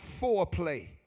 foreplay